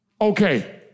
okay